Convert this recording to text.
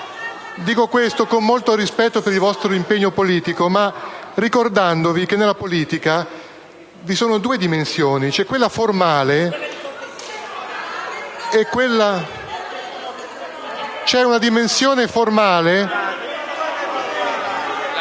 Dico questo con molto rispetto per il vostro impegno politico, però ricordandovi che nella politica vi sono due dimensioni: c'è quella formale...*(Commenti